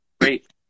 great